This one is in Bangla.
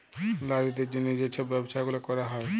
লারিদের জ্যনহে যে ছব ব্যবছা গুলা ক্যরা হ্যয়